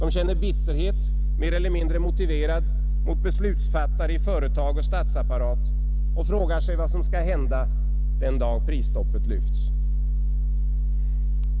De känner bitterhet — mer eller mindre motiverad — mot beslutsfattare i företag och statsapparat och frågar sig vad som skall hända den dag när prisstoppet upphävs.